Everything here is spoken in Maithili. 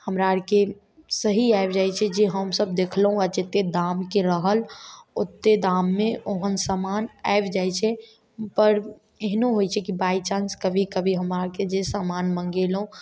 हमरा आरके सही आयब जाय छै जे हम सभ देखलहुँ आओर जत्ते दामके रहल ओत्ते दाममे ओहन सामान आबि जाइ छै पर एहनो होइ छै कि बाइ चान्स कभी कभी हमरा आरके जे सामान मँगेलहुँ